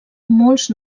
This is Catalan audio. molts